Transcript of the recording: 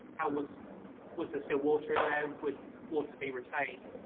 was was there still water in there? would water be retained?